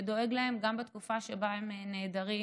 ודואג להם גם בתקופה שבה הם נעדרים,